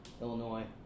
Illinois